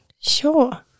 Sure